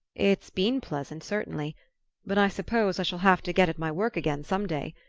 it's been pleasant, certainly but i suppose i shall have to get at my work again some day.